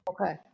okay